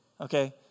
Okay